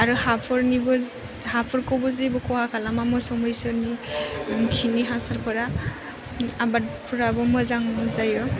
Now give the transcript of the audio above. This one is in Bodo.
आरो हाफोरनिबो हाफोरखौबो जेबो खहा खालामा मोसौ मैसोनि खिनि हासारफोरा आबादफोराबो मोजां जायो